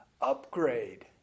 upgrade